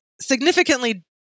significantly